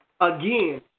again